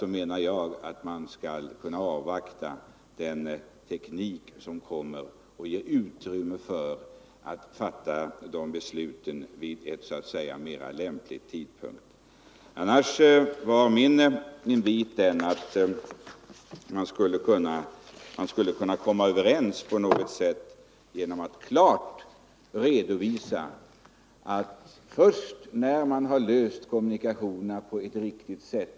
Jag menar alltså att man skall kunna avvakta den teknik som kommer och ger utrymme för fattande av dessa beslut vid en mera lämplig tidpunkt. Annars var min invit att man skulle kunna komma överens om att klart redovisa att man först måste lösa frågan om kommunikationerna på ett riktigt sätt.